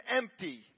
empty